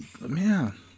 man